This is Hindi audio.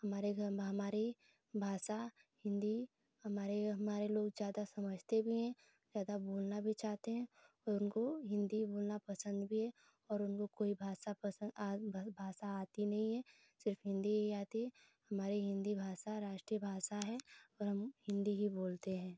हमारे घर में हमारी भाषा हिन्दी हमारे हमारे लोग ज़्यादा समझते भी हैं ज़्यादा बोलना भी चाहते हैं और उनको हिन्दी बोलना पसन्द भी है और उनको कोई भाषा पसन्द और भाषा आती नहीं है सिर्फ हिन्दी ही आती है हमारी हिन्दी भाषा राष्ट्रीय भाषा है और हम हिन्दी ही बोलते हैं